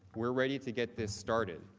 we are ready to get this started.